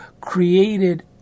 created